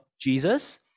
Jesus